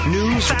News